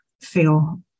feel